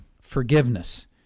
forgiveness